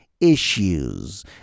issues